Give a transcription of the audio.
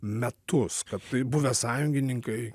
metus kad tai buvę sąjungininkai